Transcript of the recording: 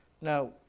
Now